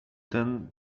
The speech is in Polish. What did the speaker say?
ten